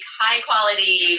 high-quality